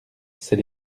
c’est